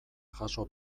jaso